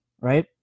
right